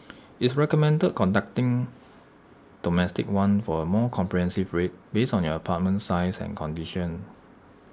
it's recommended contacting domestic one for A more comprehensive rate based on your apartment size and condition